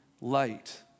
light